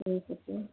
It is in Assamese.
ঠিক আছে